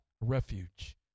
refuge